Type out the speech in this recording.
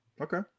Okay